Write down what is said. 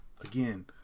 again